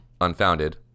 unfounded